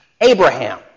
Abraham